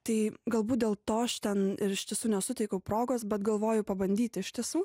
tai galbūt dėl to aš ten ir iš tiesų nesuteikiau progos bet galvoju pabandyt iš tiesų